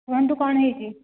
କୁହନ୍ତୁ କ'ଣ ହୋଇଛି